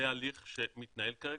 זה הליך שמתנהל כרגע.